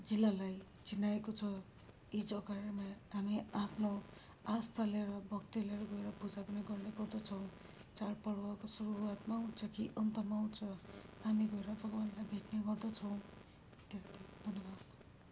जिल्लालाई चिनाएको छ यी जग्गाहरूमा हामी आफ्नो आस्था लिएर भक्ति लिएर गएर पूजा पनि गर्ने गर्दछौँ चाँड पर्वको सुरुवातमा आउँछ कि अन्तमा आउँछ हामी गएर भगवानलाई भेट्ने गर्दछौँ त्यति धन्यवाद